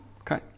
okay